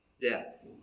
death